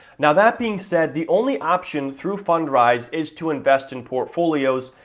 now, that being said the only option through fundrise is to invest in portfolios,